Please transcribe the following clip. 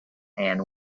and